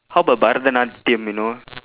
how about பரதநாட்டியம்:parathanaatdiyam you know